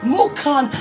Mukan